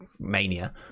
mania